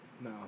No